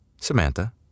Samantha